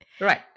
Right